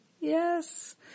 Yes